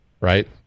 right